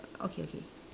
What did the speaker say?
okay okay